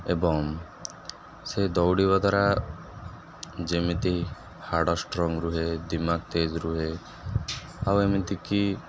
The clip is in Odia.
ଏବଂ ସେ ଦୌଡ଼ିବା ଦ୍ୱାରା ଯେମିତି ହାଡ଼ ଷ୍ଟ୍ରଙ୍ଗ ରୁହେ ଦିମାଗ ତେଜ ରୁହେ ଆଉ ଏମିତିକି